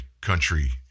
country